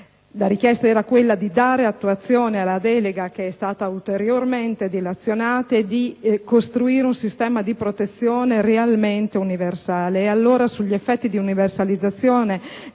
la richiesta era quella di dare attuazione alla delega, che è stata ulteriormente dilazionata, e di costruire un sistema di protezione realmente universale.